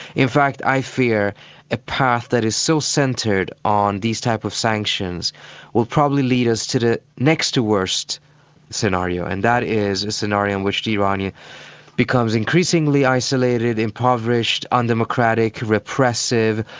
in fact, i fear a path that is so centred on these types of sanctions will probably lead us to the next-to-worst scenario. and that is a scenario in which iran yeah becomes increasingly isolated, impoverished, undemocratic, repressive,